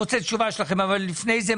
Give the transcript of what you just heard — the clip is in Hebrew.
אני רוצה תשובה שלכם אבל לפני כן,